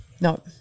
No